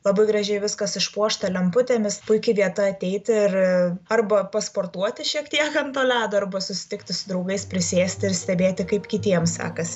labai gražiai viskas išpuošta lemputėmis puiki vieta ateiti ir arba pasportuoti šiek tiek ant to ledo arba susitikti su draugais prisėsti ir stebėti kaip kitiems sekasi